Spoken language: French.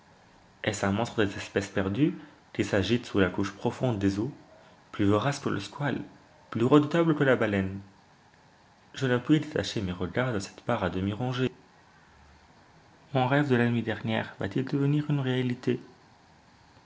est-ce un monstre des espèces perdues qui s'agite sous la couche profonde des eaux plus vorace que le squale plus redoutable que la baleine je ne puis détacher mes regards de cette barre à demi rongée mon rêve de la nuit dernière va-t-il devenir une réalité